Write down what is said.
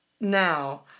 Now